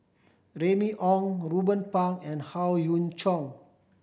Remy Ong Ruben Pang and Howe Yoon Chong